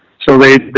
so they,